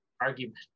argument